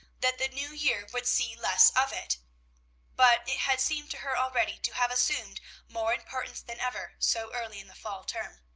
that the new year would see less of it but it had seemed to her already to have assumed more importance than ever, so early in the fall term.